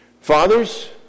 Fathers